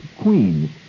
Queens